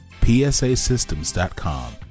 PSASystems.com